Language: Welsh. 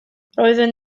roeddwn